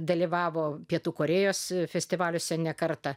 dalyvavo pietų korėjos festivaliuose ne kartą